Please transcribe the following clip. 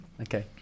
okay